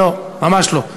לא, ממש לא.